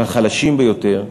מהחלשים ביותר,